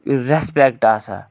respect آسان